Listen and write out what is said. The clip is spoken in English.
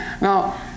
Now